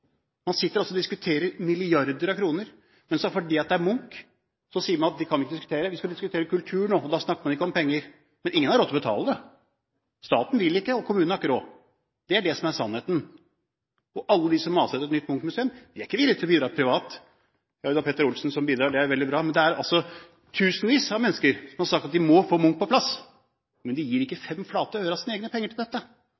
Man sitter og diskuterer milliarder av kroner, men fordi det er Munch, sier man at det kan vi ikke diskutere – vi skal diskutere kultur nå, og da snakker man ikke om penger. Men ingen har råd til å betale det. Staten vil ikke, og kommunen har ikke råd. Det er det som er sannheten. Alle de som maser etter et nytt Munch-museum, er ikke villige til å bidra privat. Vi har jo Petter Olsen som bidrar, og det er veldig bra. Det er altså tusenvis av mennesker som har sagt at vi må få Munch på plass, men de gir ikke